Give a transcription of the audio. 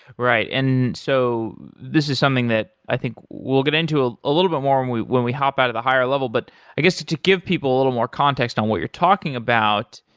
right. and so this is something that i think we'll get into ah a little bit more and when we hop out of the higher level, but i guess to to give people a little more context on what you're talking about,